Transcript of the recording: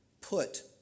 put